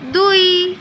ଦୁଇ